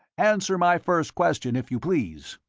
answer my first question, if you please.